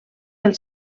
pel